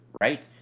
right